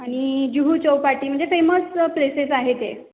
आणि Juhu Chowpatty famous places प्लेसेस आहेत हे